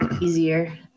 easier